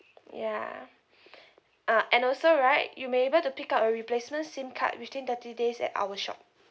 ya uh and also right you may able to pick up a replacement SIM card within thirty days at our shop